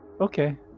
Okay